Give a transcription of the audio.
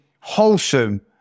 wholesome